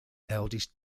eldest